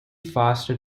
foster